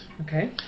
Okay